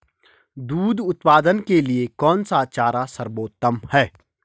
दूध उत्पादन के लिए कौन सा चारा सर्वोत्तम है?